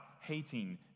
hating